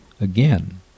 again